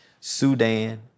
Sudan